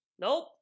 nope